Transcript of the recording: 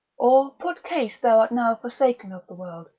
or put case thou art now forsaken of the world,